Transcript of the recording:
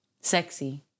sexy